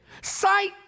sight